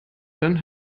dann